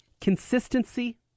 Consistency